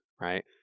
right